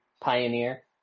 pioneer